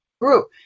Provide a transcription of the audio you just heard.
group